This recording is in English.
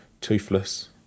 Toothless